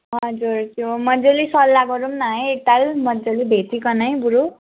हजुर त्यो मज्जाले सल्लाह गरौँ न है एक ताल मज्जाले भेटिकनै बरु